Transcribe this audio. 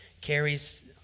Carrie's